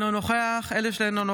אינו נוכח יולי יואל אדלשטיין,